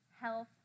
health